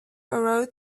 rode